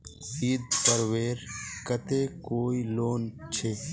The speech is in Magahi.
ईद पर्वेर केते कोई लोन छे?